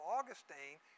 Augustine